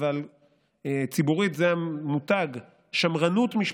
אבל ציבורית זה מותג, "שמרנות משפטית"